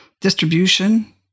distribution